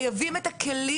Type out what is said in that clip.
אלימות פיזית